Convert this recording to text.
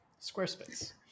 Squarespace